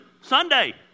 Sunday